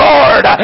Lord